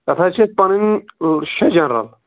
تَتھ حظ چھِ پَنٕنۍ شٮ۪ے جَرنل